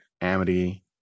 Amity